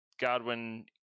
Godwin